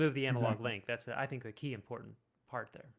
ah the and like link that's i think a key important part there